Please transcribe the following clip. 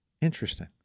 Interesting